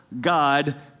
God